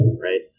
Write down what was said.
Right